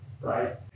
right